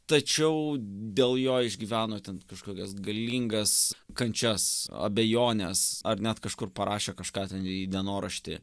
tačiau dėl jo išgyveno ten kažkokias galingas kančias abejones ar net kažkur parašė kažką ten į dienoraštį